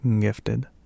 Gifted